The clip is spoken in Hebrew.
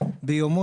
בִּשְׁעָרֶיךָ.